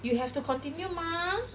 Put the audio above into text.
you have to continue mah